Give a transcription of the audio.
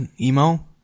emo